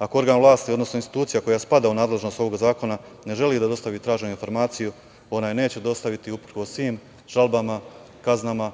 Ako organ vlasti, odnosno institucija koja spada u nadležnost ovog zakona ne želi da dostavi traženu informaciju, ona je neće dostaviti uprkos svim žalbama, kaznama